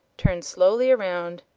turned slowly around,